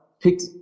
Picked